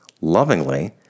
Lovingly